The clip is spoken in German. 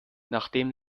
nachdem